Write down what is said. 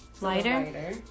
Lighter